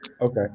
Okay